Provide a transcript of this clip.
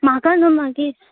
म्हाका न्हू मागीर